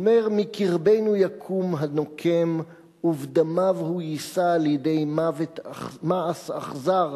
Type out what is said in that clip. הוא אומר: "מקרבנו יקום הנוקם ובדמיו הוא יישא לידי מעש אכזר".